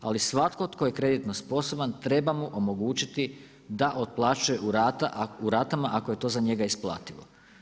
Ali svatko tko je kreditno sposoban treba mu omogućiti da otplaćuje u ratama ako je to za njega isplativo.